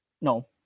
No